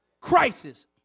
crisis